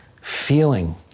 feeling